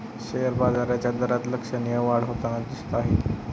share बाजाराच्या दरात लक्षणीय वाढ होताना दिसत आहे